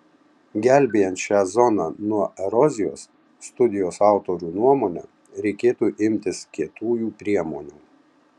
gelbėjant šią zoną nuo erozijos studijos autorių nuomone reikėtų imtis kietųjų priemonių